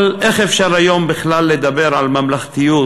אבל איך אפשר היום בכלל לדבר על ממלכתיות